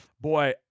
boy